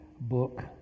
book